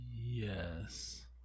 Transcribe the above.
Yes